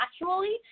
naturally